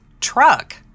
truck